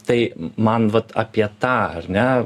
tai man vat apie tą ar ne